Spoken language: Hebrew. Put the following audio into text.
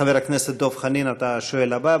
חבר הכנסת דב חנין, אתה השואל הבא.